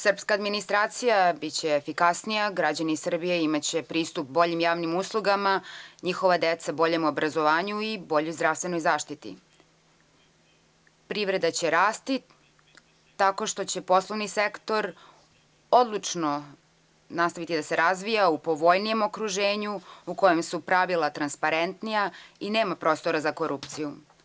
Srpska administracija biće efikasnija, građani Srbije imaće pristup boljim javnim uslugama, njihova deca boljem obrazovanju i boljoj zdravstvenoj zaštiti, privreda će rasti tako što će poslovni sektor odlučno nastaviti da se razvija u povoljnijem okruženju u kojem su pravila transparentna i gde nema prostora za korupciju.